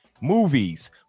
movies